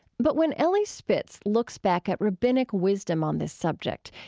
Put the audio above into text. but when elie spitz looks back at rabbinic wisdom on this subject,